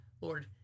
Lord